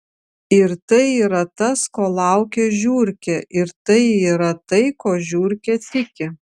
ir tai yra tas ko laukia žiurkė ir tai yra tai kuo žiurkė tiki